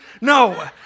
No